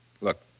Look